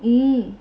mm